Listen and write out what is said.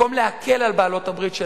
במקום להקל על בעלות הברית שלה,